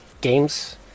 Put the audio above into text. games